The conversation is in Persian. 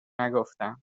نگفتم